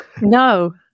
no